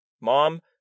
Mom